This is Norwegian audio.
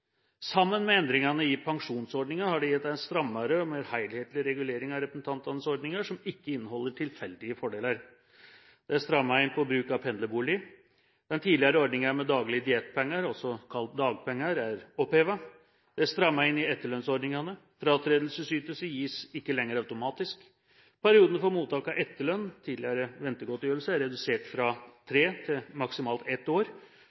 Sammen med endringene i pensjonsordningen har det gitt en strammere og mer helhetlig regulering av representantenes ordninger som ikke inneholder tilfeldige fordeler. Det er strammet inn på bruk av pendlerboliger. Den tidligere ordningen med daglige diettpenger, også kalt dagpenger, er opphevet. Det er strammet inn i etterlønnsordningene. Fratredelsesytelse gis ikke lenger automatisk. Perioden for mottak av etterlønn, tidligere ventegodtgjørelse, er redusert fra tre til maksimalt ett år,